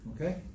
okay